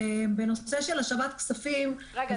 בנושא של השבת כספים -- רגע,